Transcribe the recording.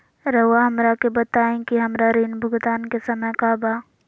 रहुआ हमरा के बताइं कि हमरा ऋण भुगतान के समय का बा?